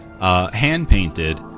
hand-painted